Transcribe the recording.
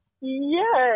yes